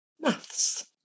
Maths